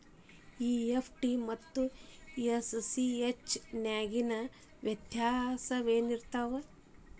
EFT ಮತ್ತ ACH ನ್ಯಾಗಿನ್ ವ್ಯೆತ್ಯಾಸೆನಿರ್ತಾವ?